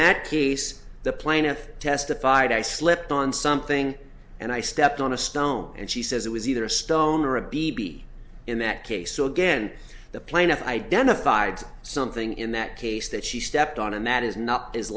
that case the plaintiff testified i slipped on something and i stepped on a stone and she says it was either a stone or a b b in that case so again the plaintiff identified something in that case that she stepped on and that is not is